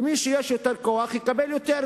מי שיש לו יותר כוח יקבל יותר,